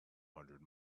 hundred